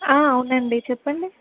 అవునండి చెప్పండి